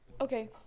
Okay